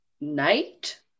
night